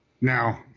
Now